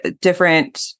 different